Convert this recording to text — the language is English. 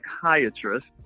psychiatrist